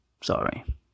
Sorry